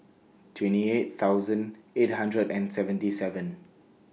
twenty eight thousand eight hundred and seventy seven